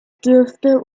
dürfte